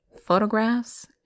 photographs